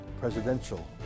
presidential